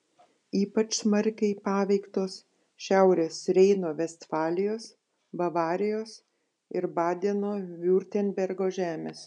ypač smarkiai paveiktos šiaurės reino vestfalijos bavarijos ir badeno viurtembergo žemės